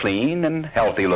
clean and healthy